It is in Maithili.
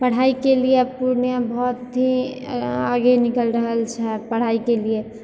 पढ़ाइके लिए आब पूर्णिया बहुत ही आगे निकलि रहल छै पढ़ाइके लिए